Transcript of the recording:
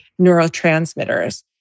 neurotransmitters